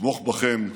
לתמוך בכם,